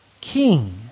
king